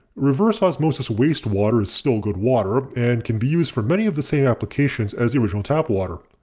reverse osmosis wastewater is still good water and can be used for many of the same applications as the original tap water.